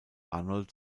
arnold